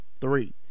three